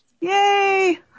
Yay